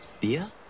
Beer